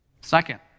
Second